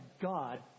God